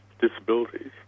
disabilities